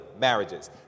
marriages